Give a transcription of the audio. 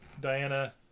Diana